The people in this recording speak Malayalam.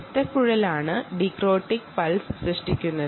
രക്തക്കുഴലാണ് ഡിക്രോറ്റിക് പൾസ് സൃഷ്ടിക്കുന്നത്